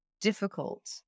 difficult